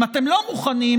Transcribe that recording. אם אתם לא מוכנים,